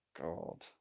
God